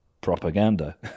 propaganda